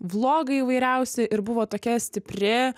vlogai įvairiausi ir buvo tokia stipri